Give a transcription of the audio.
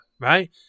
right